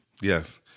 Yes